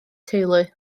teulu